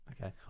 Okay